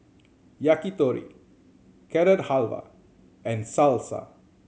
Yakitori Carrot Halwa and Salsa